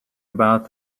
about